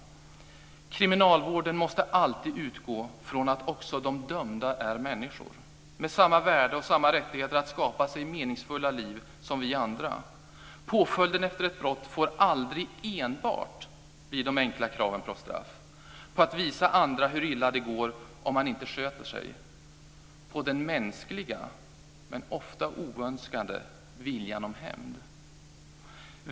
Kriminalvården måste alltid utgå från att också de dömda är människor, med samma värde och samma rättigheter att skapa sig meningsfulla liv som vi andra. Påföljden efter ett brott får aldrig enbart bli de enkla kraven på straff, på att visa andra hur illa det går om man inte sköter sig, på den mänskliga, men ofta oönskade, viljan om hämnd.